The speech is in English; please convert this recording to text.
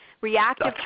Reactive